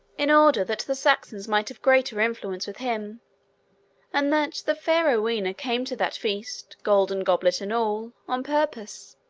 in order that the saxons might have greater influence with him and that the fair rowena came to that feast, golden goblet and all, on purpose.